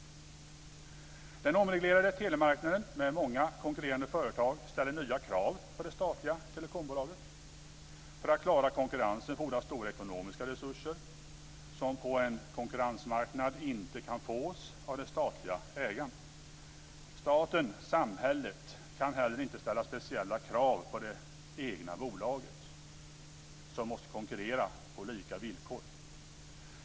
Den avreglerade telemarknaden med många konkurrerande företag ställer nya krav på det statliga telekombolaget. För att klara konkurrensen fordras stora ekonomiska resurser som på en konkurrensmarknad inte kan fås av den statliga ägaren. Staten, samhället, kan heller inte ställa speciella krav på det egna bolaget, som måste konkurrera på lika villkor.